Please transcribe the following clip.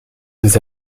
des